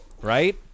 right